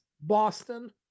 Boston